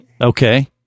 Okay